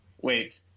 Wait